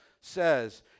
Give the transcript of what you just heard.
says